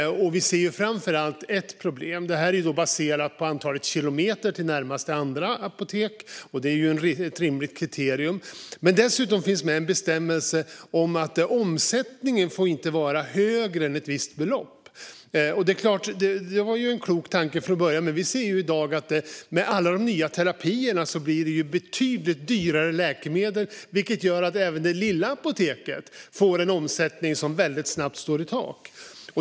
Vi ser framför allt ett problem, och det är baserat på antalet kilometer till nästa apotek. Det är ett rimligt kriterium. Dessutom finns en bestämmelse om att omsättningen inte får vara högre än ett visst belopp. Det var en klok tanke från början, men i dag ser vi att alla nya terapier ger betydligt dyrare läkemedel. Det innebär att även det lilla apoteket får en omsättning som snabbt slår i taket.